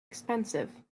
expensive